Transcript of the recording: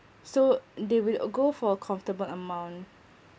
so they will uh go for a comfortable amount